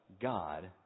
God